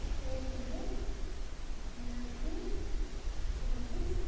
eight zero nine two seven six